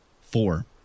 Four